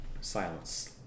silence